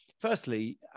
firstly